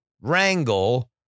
Wrangle